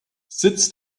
sitz